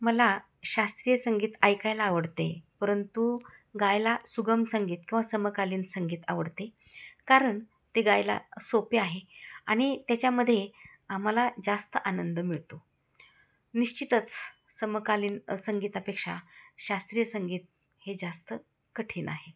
मला शास्त्रीय संगीत ऐकायला आवडते परंतु गायला सुगम संगीत किंवा समकालीन संगीत आवडते कारण ते गायला सोपे आहे आणि त्याच्यामध्ये आ मला जास्त आनंद मिळतो निश्चितच समकालीन संगीतापेक्षा शास्त्रीय संगीत हे जास्त कठीण आहे